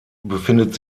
befindet